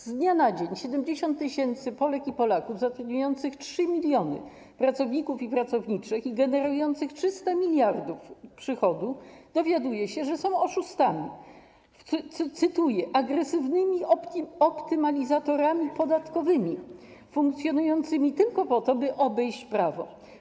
Z dnia na dzień 70 tys. Polek i Polaków zatrudniających 3 mln pracowników i pracowniczek i generujących 300 mld przychodu dowiaduje się, że są oszustami, cytuję: agresywnymi optymalizatorami podatkowymi, funkcjonującymi tylko po to, by obejść prawo.